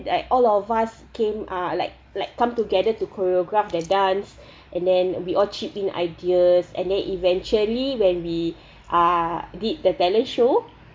like all of us came ah like like come together to choreograph the dance and then we all chipped in ideas and then eventually when we uh did the talent show